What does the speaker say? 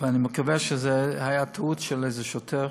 ואני מקווה שזאת הייתה טעות של איזה שוטר.